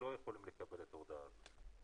לא יכולים לקבל את ההודעה הזאת.